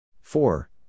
four